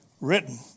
written